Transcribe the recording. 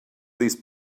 these